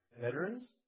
Veterans